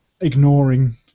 ignoring